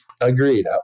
Agreed